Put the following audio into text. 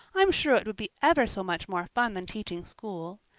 i'm sure it would be ever so much more fun than teaching school.